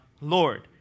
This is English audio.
Lord